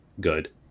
good